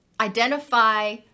identify